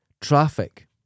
Traffic